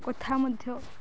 କଥା ମଧ୍ୟ